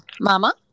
Mama